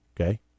Okay